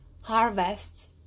harvests